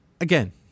again